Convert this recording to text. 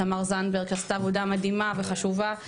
תמר זנדברג שעשתה עבודה מדהימה וחשובה,